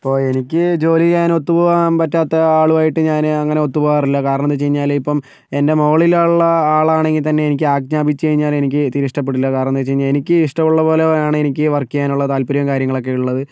ഇപ്പോൾ എനിക്ക് ജോലി ചെയ്യാൻ ഒത്തുപോകാൻ പറ്റാത്ത ആളുമായിട്ട് ഞാൻ അങ്ങനെ ഒത്തുപോകാറില്ല കാരണമെന്താണെന്ന് വെച്ചുകഴിഞ്ഞാൽ ഇപ്പം എൻ്റെ മുകളിലുള്ള ആളാണെങ്കിൽത്തന്നെ എനിക്ക് ആജ്ഞാപിച്ച് കഴിഞ്ഞാൽ എനിക്ക് തീരെ ഇഷ്ട്ടപ്പെടില്ല കാരണമെന്നു വെച്ചുകഴിഞ്ഞാൽ എനിക്ക് ഇഷ്ടമുള്ള പോലെ വേണം എനിക്ക് വർക്ക് ചെയ്യാനുള്ള താത്പര്യവും കാര്യങ്ങളൊക്കെയുള്ളത്